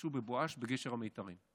השתמשו בבואש בגשר המיתרים.